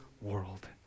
world